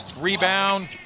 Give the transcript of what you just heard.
Rebound